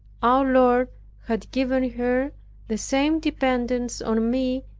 our lord had given her the same dependence on me,